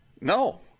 No